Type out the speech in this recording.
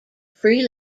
free